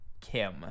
Kim